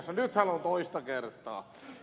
nyt hän on toista kertaa